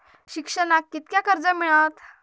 शिक्षणाक कीतक्या कर्ज मिलात?